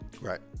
Right